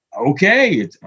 okay